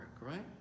right